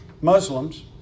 Muslims